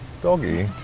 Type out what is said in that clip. doggy